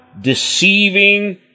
deceiving